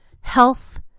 health